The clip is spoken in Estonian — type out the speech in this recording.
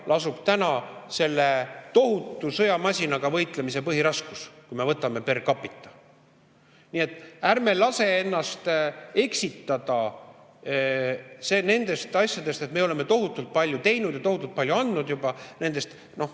lasub täna selle tohutu sõjamasinaga võitlemise põhiraskus, kui me võtameper capita. Nii et ärme laseme ennast eksitada nendest asjadest, et me oleme tohutult palju teinud ja tohutult palju andnud juba, nende